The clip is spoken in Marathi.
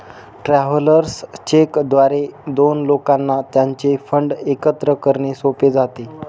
ट्रॅव्हलर्स चेक द्वारे दोन लोकांना त्यांचे फंड एकत्र करणे सोपे जाते